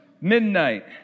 Midnight